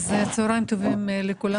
צוהריים טובים לכולם.